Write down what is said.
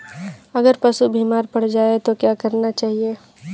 अगर पशु बीमार पड़ जाय तो क्या करना चाहिए?